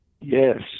yes